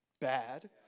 bad